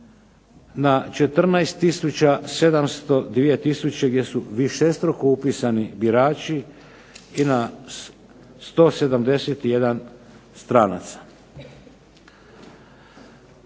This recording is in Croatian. Na 14702 gdje su višestruko upisani birači i na 171 stranaca.